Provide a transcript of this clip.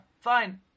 Fine